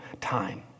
time